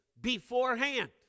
beforehand